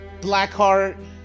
Blackheart